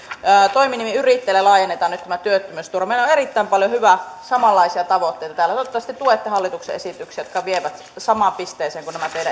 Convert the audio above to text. toiminimiyrittäjälle laajennetaan nyt tämä työttömyysturva meillä on erittäin paljon hyviä samanlaisia tavoitteita täällä toivottavasti tuette hallituksen esityksiä jotka vievät samaan pisteeseen kuin nämä